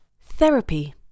Therapy